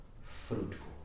fruitful